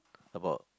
about